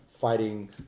fighting